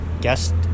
guest